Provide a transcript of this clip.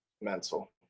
mental